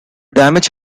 damage